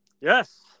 Yes